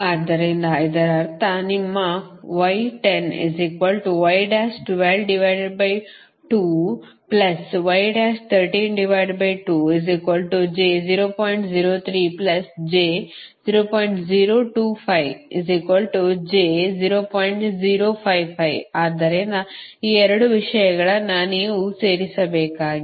ಆದ್ದರಿಂದ ಇದರರ್ಥ ನಿಮ್ಮ ಆದ್ದರಿಂದ ಈ 2 ವಿಷಯಗಳನ್ನು ನೀವು ಸೇರಿಸಬೇಕಾಗಿದೆ